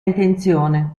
intenzione